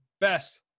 Best